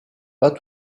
pas